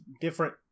different